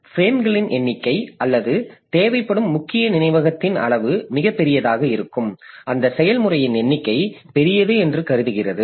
பிரேம்களின் எண்ணிக்கை அல்லது தேவைப்படும் முக்கிய நினைவகத்தின் அளவு மிகப்பெரியதாக இருக்கும் அந்த செயல்முறையின் எண்ணிக்கை பெரியது என்று கருதுகிறது